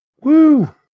Woo